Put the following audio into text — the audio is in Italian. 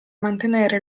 mantenere